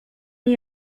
nie